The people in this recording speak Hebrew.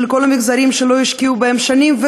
של כל המגזרים שלא השקיעו בהם שנים,